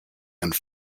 and